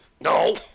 No